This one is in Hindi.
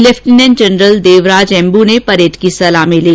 लेफ्टिनेंट जनरल देवराज एम्बू ने परेड की सलामी ली